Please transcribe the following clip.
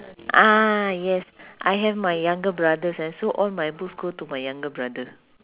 ah yes I have my younger brothers and so all my books go to my younger brother